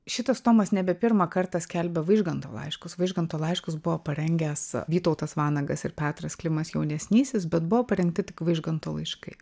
šitas tomas nebe pirmą kartą skelbia vaižganto laiškus vaižganto laiškus buvo parengęs vytautas vanagas ir petras klimas jaunesnysis bet buvo parengti tik vaižganto laiškai